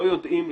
לא יודעים,